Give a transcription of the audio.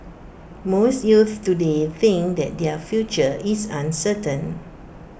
most youths today think that their future is uncertain